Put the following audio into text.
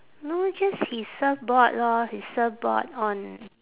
no just his surfboard lor his surfboard on